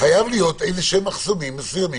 חייבים להיות מחסומים מסוימים.